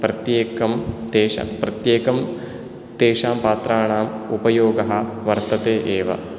प्रत्येक् प्रत्येकं तेषां पात्राणाम् उपयोगः वर्तते एव